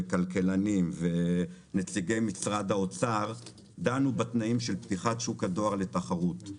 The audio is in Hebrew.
כלכלנים ונציגי משרד האוצר דנו בתנאים של פתיחת שוק הדואר לתחרות.